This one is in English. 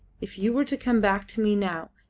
if you were to come back to me now,